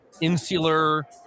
insular